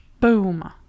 boom